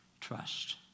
Trust